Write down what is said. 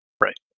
right